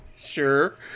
sure